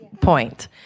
point